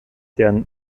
deren